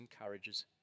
encourages